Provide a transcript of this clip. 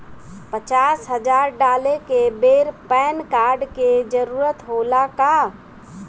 पचास हजार डाले के बेर पैन कार्ड के जरूरत होला का?